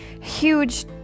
huge